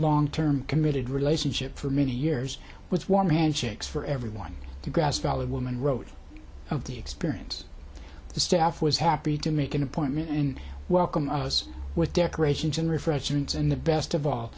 long term committed relationship for many years with warm handshakes for everyone to grass valley woman wrote of the experience the staff was happy to make an appointment and welcome us with decorations and refreshments and the best of all